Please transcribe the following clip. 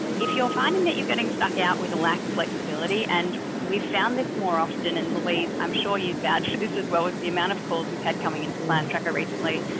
if you're finding that you're getting stuck out with a lack of flexibility, and we found this more often and louise, i'm sure you'd vouch for this as well with the amount of calls we've had coming into plan tracker recently,